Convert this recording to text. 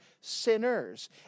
sinners